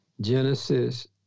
genesis